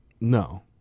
No